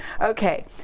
Okay